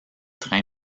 trains